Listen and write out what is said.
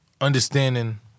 understanding